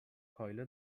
کایلا